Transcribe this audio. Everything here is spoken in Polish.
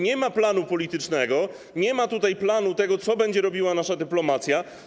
Nie ma planu politycznego, nie ma tutaj planu tego, co będzie robiła nasza dyplomacja.